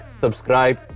subscribe